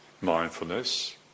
mindfulness